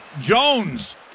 Jones